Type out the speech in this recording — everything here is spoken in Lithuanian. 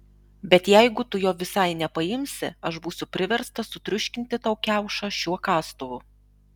bet jeigu tu jo visai nepaimsi aš būsiu priverstas sutriuškinti tau kiaušą šiuo kastuvu